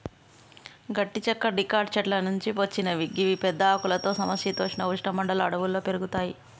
గట్టి చెక్క డికాట్ చెట్ల నుంచి వచ్చినవి గివి పెద్ద ఆకులతో సమ శీతోష్ణ ఉష్ణ మండల అడవుల్లో పెరుగుతయి